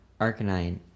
arcanine